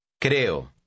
Creo